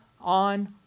on